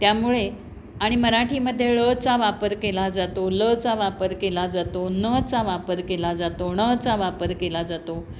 त्यामुळे आणि मराठीमध्ये ळचा वापर केला जातो लचा वापर केला जातो नचा वापर केला जातो णचा वापर केला जातो